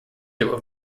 through